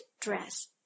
dress